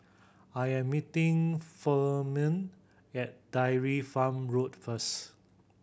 I am meeting Furman at Dairy Farm Road first